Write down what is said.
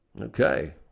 Okay